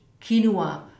quinoa